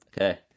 Okay